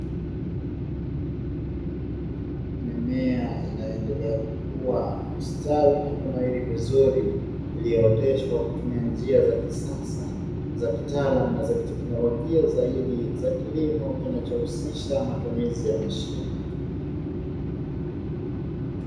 Mimea inayoendelea kukua kustawi na kunawiri vizuri na kuoteshwa kwenye njia za kisasa na kitaalamu za kiteknolojia zaidi za kilimo kinachohusisha matumizi ya mashine.